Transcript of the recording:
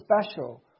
special